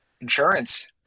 insurance